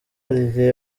olivier